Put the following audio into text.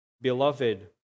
beloved